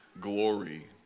glory